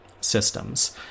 systems